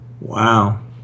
wow